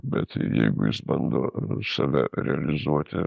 bet jeigu jis bando save realizuoti